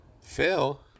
Phil